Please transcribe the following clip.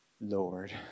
Lord